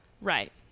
Right